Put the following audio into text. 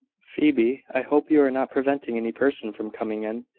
phoebe, i hope you are not preventing any person from coming in.